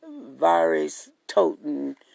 virus-toting